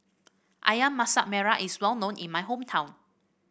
ayam Masak Merah is well known in my hometown